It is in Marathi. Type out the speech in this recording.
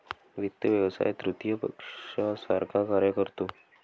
वित्त व्यवसाय तृतीय पक्षासारखा कार्य करतो